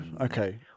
Okay